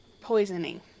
poisoning